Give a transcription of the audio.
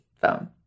phone